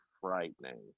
frightening